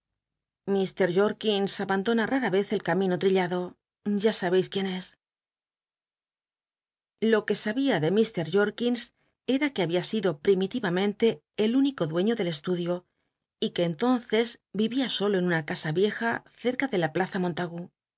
mr jol'lins abandona rara vez el cal mino trillado ya sabcis quién es lo que sabia de ir jorkins era que había sido primith amcntc el único dueño del estudio y c ue entonces vi ia solo en una casa ieja cerca de la plaza